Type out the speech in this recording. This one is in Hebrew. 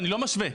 אני לא משווה.